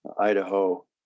Idaho